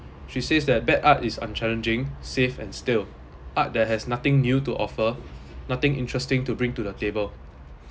she says that bad art is unchallenging safe and still art that has nothing new to offer nothing interesting to bring to the table